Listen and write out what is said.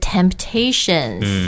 Temptations